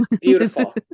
beautiful